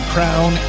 Crown